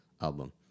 album